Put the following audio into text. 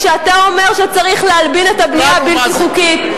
כשאתה אומר שצריך להלבין את הבנייה הבלתי-חוקית,